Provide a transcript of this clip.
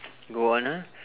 go on ah